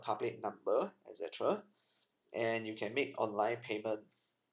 car plate number etcetera and you can make online payment